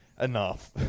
enough